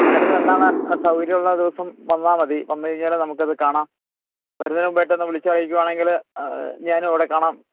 മേഡത്തിന് എന്നാണ് സൗകര്യമുള്ള ദിവസം വന്നാൽ മതി വന്നു കഴിഞ്ഞാൽ നമുക്കത് കാണാം വരുന്നതിന് മുൻപായിട്ടൊന്ന് വിളിച്ചറിയിക്കുവാണെങ്കിൽ ഞാനും അവിടെ കാണാം